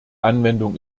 anwendung